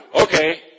Okay